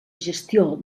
gestió